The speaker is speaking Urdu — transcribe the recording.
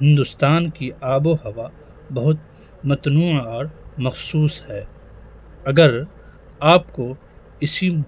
ہندوستان کی آب و ہوا بہت متنوع اور مخصوص ہے اگر آپ کو اسی